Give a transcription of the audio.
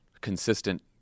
consistent